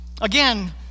Again